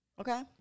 Okay